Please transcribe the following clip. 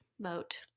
vote